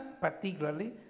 particularly